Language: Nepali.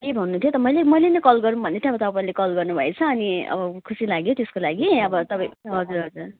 के भन्नु थियो त मैले नि मैले नि कल गरौँ भनेको थिएँ अब तपाईँले कल गर्नु भएछ अनि अब खुसी लाग्यो त्यसको लागि अब तपाईँ हजुर हजुर